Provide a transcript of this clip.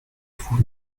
vous